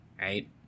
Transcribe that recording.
right